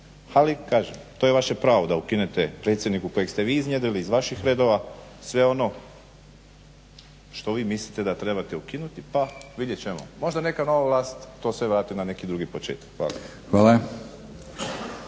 Ali kažem to je vaše pravo da ukinete predsjedniku kojeg ste vi iznjedrili iz vaših redova. Sve ono što vi mislite da treba ukinuti pa vidjet ćemo. Možda neka nova vlast to sve vrati na neki drugi početak. Hvala.